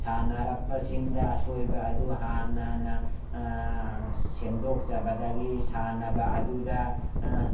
ꯁꯥꯟꯅꯔꯛꯄꯁꯤꯡꯗ ꯑꯁꯣꯏꯕ ꯑꯗꯨ ꯍꯥꯟꯅꯅ ꯁꯦꯝꯗꯣꯛꯆꯕꯗꯒꯤ ꯁꯥꯟꯅꯕ ꯑꯗꯨꯗ